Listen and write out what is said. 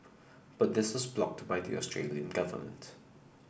but this was blocked by the Australian government